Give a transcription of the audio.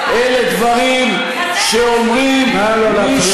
אלה דברים שאומרים, נא לא להפריע.